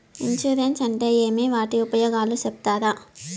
Insurance అంటే ఏమి? వాటి ఉపయోగాలు సెప్తారా?